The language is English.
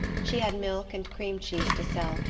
she had milk and cream cheese to sell,